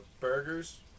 burgers